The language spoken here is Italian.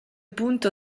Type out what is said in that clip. punto